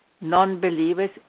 non-believers